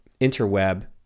interweb